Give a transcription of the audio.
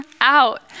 out